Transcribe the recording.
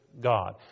God